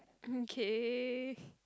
mm kay